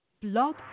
Blog